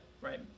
right